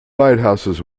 lighthouses